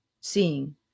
seeing